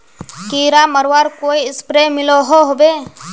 कीड़ा मरवार कोई स्प्रे मिलोहो होबे?